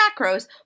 macros